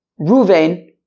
Ruvain